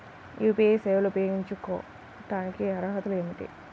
UPI సేవలు ఉపయోగించుకోటానికి అర్హతలు ఏమిటీ?